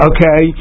Okay